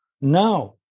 now